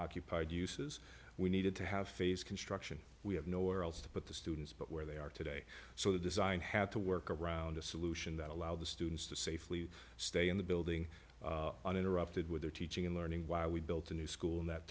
occupied uses we needed to have phase construction we have nowhere else to put the students but where they are today so the design had to work around a solution that allowed the students to safely stay in the building uninterrupted with their teaching and learning while we built a new school and that